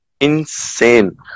Insane